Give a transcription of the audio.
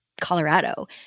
Colorado